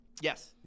Yes